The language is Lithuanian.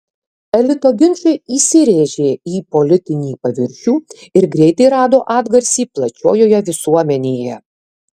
elito ginčai įsirėžė į politinį paviršių ir greitai rado atgarsį plačiojoje visuomenėje